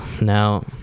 Now